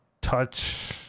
touch